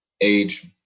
age